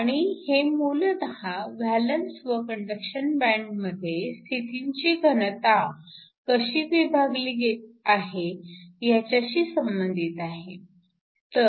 आणि हे मूलतः व्हॅलन्स व कंडक्शन बँड मध्ये स्थितींची घनता कशी विभागली आहे ह्याच्याशी संबंधित आहे